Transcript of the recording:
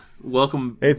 Welcome